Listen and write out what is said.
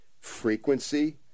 frequency